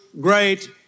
great